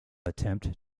attempt